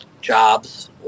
jobs